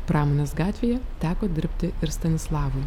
pramonės gatvėje teko dirbti ir stanislavui